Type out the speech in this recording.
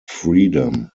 freedom